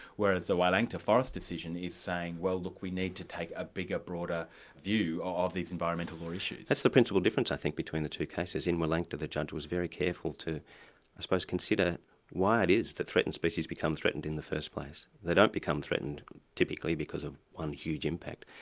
whereas the wielangta forest decision is saying, well look, we need to take a bigger, broader view of these environmental law issues. that's the principal difference i think between the two cases. in wielangta the judge was very careful to i suppose consider why it is that threatened species become threatened in the first place. they don't become threatened typically because of one huge impact,